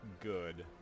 good